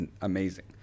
amazing